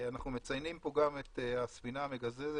אנחנו מציינים פה גם את הספינה המגזזת,